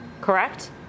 correct